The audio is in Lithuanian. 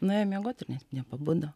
nuėjo miegot ir net nepabudo